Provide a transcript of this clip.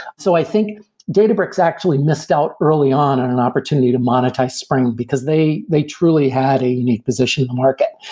so i think databricks actually missed out early on in an opportunity to monetize spring, because they they truly had a unique position in the market.